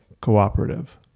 Cooperative